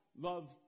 love